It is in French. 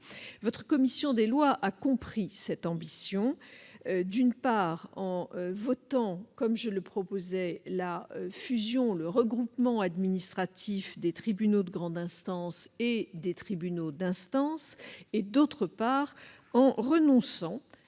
La commission des lois du Sénat a compris cette ambition, d'une part, en votant, comme je le proposais, le regroupement administratif des tribunaux de grande instance et des tribunaux d'instance et, d'autre part, en renonçant